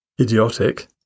idiotic